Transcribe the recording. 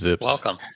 welcome